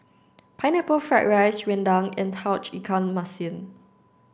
pineapple fried rice Rendang and Tauge Ikan Masin